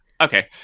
Okay